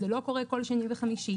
זה לא קורה כל שני וחמישי.